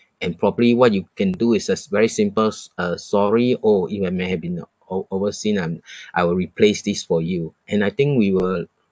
and probably what you can do is just very simples uh sorry oh it may may have been a o~ overseen and I will replace this for you and I think we will